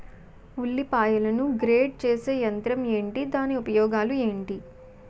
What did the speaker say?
ఉల్లిపాయలను గ్రేడ్ చేసే యంత్రం ఏంటి? దాని ఉపయోగాలు ఏంటి?